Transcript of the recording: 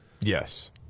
Yes